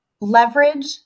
leverage